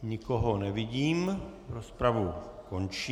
Nikoho nevidím, rozpravu končím.